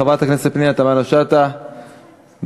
חברת הכנסת פנינה תמנו-שטה, בבקשה,